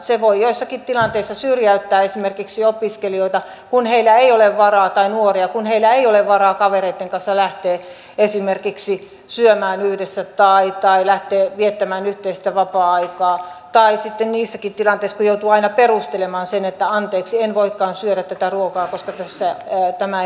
se voi joissakin tilanteissa syrjäyttää esimerkiksi nuoria kun heidän ei ole varaa tai murjotun heillä ei ole varaa kavereitten kanssa lähteä esimerkiksi syömään yhdessä tai lähteä viettämään yhteistä vapaa aikaa tai sitten niissäkin tilanteissa kun joutuu sen aina perustelemaan että anteeksi en voikaan syödä tätä ruokaa koska tämä ei ole gluteenitonta